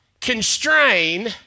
constrain